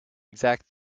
exact